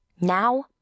Now